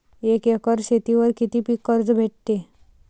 एक एकर शेतीवर किती पीक कर्ज भेटते?